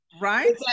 right